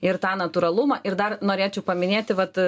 ir tą natūralumą ir dar norėčiau paminėti vat